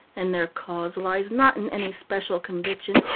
and their cause lies not in any special conviction,